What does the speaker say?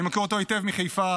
אני מכיר אותו היטב מחיפה.